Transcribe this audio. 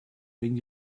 when